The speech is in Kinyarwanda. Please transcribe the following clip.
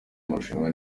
marushanwa